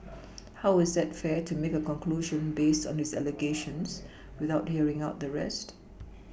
how is that fair to make a conclusion based on his allegations without hearing out the rest